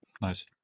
nice